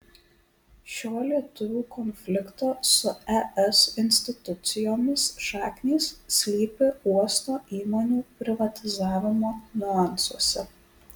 šio lietuvių konflikto su es institucijomis šaknys slypi uosto įmonių privatizavimo niuansuose